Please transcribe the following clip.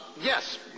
yes